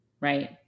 right